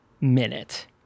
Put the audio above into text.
minute